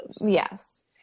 yes